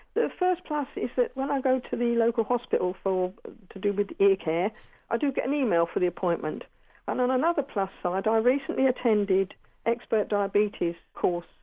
the first plus is that when i go to the local hospital for to do with ear care i do get an email for the appointment. and on another plus side so and i recently attended expert diabetes course,